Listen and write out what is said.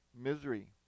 misery